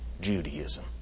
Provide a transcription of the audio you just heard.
Judaism